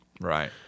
Right